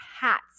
hats